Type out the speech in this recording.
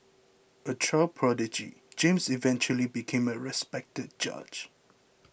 a child prodigy James eventually became a respected judge